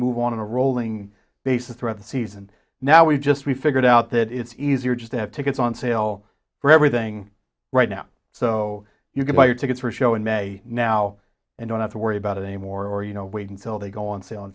move on a rolling basis throughout the season now we just we figured out that it's easier just to get it on sale for everything right now so you can buy your tickets for a show in may now and don't have to worry about it anymore you know wait until they go on sale in